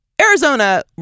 Arizona